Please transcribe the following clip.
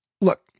Look